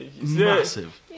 massive